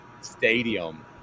stadium